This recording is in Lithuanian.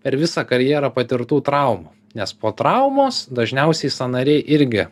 per visą karjerą patirtų traumų nes po traumos dažniausiai sąnariai irgi